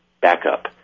backup